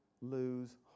lose